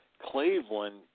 Cleveland